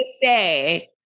say